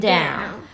Down 。